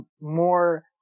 more